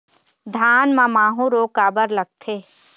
धान म माहू रोग काबर लगथे?